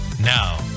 now